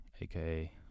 aka